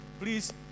please